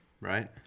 Right